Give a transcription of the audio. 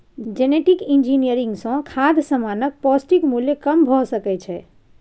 genetic engineering सँ खाद्य समानक पौष्टिक मुल्य कम भ सकै छै